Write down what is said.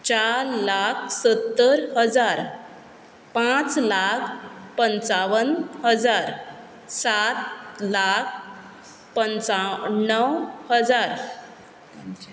चार लाख सत्तर हजार पांच लाख पंचावन हजार सात लाख पंचाण्णव हजार